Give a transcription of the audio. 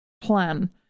plan